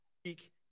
speak